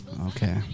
Okay